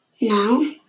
Now